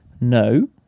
no